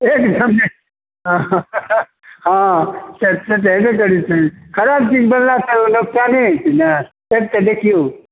एकदम नहि हँ से तऽ होयबे करैत छै कि देखिऔ